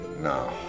No